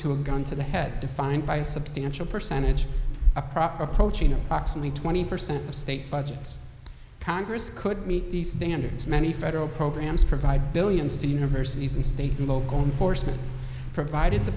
a gun to the head defined by a substantial percentage a proper approach in a box in the twenty percent of state budgets congress could meet the standards many federal programs provide billions to universities and state and local enforcement provided the